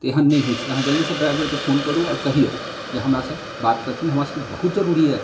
तऽ एहन नहि होइ छै तऽ अहाँ जल्दीसँ ड्राइवरके फोन करू आओर कहिऔ जे हमरासँ बात करथिन हमरा सबके बहुत जरूरी अइ